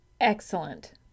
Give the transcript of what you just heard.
Excellent